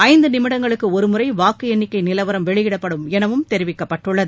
ஐந்து நிமிடங்களுக்கு ஒருமுறை வாக்கு எண்ணிக்கை நிலவரம் வெளியிடப்படும் எனவும் தெரிவிக்கப்பட்டுள்ளது